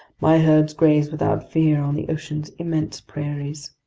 my herds graze without fear on the ocean's immense prairies.